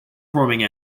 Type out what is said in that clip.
forming